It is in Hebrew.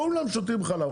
כולם שותים חלב,